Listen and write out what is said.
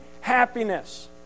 happiness